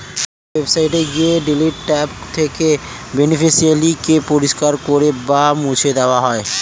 ব্যাঙ্কের ওয়েবসাইটে গিয়ে ডিলিট ট্যাব থেকে বেনিফিশিয়ারি কে পরিষ্কার করে বা মুছে দেওয়া যায়